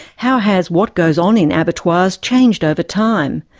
how has what goes on in abattoirs changed over time,